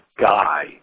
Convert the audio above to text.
guy